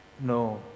No